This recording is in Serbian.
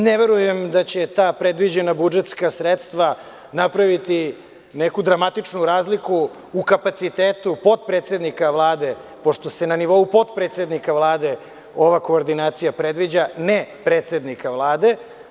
Ne verujem da će predviđena ta budžetska sredstva napraviti neku dramatičnu razliku u kapacitetu potpredsednika Vlade, pošto se na nivou potpredsednika Vlade ova koordinacija predviđa, ne predsednika Vlade.